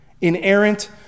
inerrant